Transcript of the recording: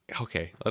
Okay